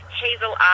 hazel